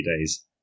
days